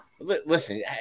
listen